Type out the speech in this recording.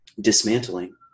dismantling